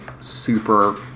Super